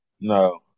No